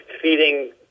feeding